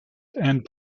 and